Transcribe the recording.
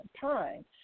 time